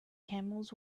camels